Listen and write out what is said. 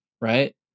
right